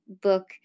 book